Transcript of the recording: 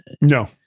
No